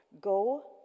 Go